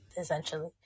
essentially